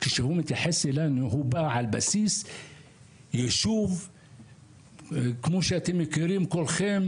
כשהוא מתייחס אלינו על בסיס יישוב כמו שאתם מכירים כולכם,